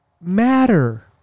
matter